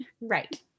Right